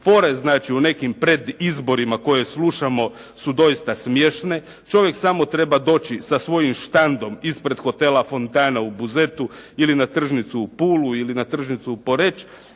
Fore u znači nekim predizbornima koje slušamo su doista smiješne. Čovjek treba samo doći sa svojim štandom ispreda hotela "Fontana" u Buzetu ili na tržnicu u Pulu ili na tržnicu u Poreč,